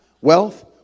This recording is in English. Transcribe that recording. wealth